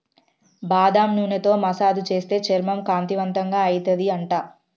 బాదం నూనెతో మసాజ్ చేస్తే చర్మం కాంతివంతంగా అయితది అంట